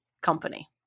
company